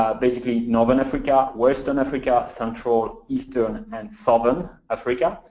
basically, northern africa, western africa, central, eastern, and southern africa.